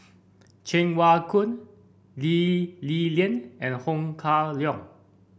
Cheng Wai Keung Lee Li Lian and Ho Kah Leong